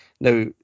Now